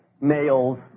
males